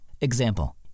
example